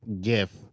gift